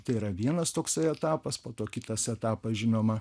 tai yra vienas toksai etapas po to kitas etapas žinoma